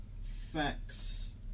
facts